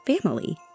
family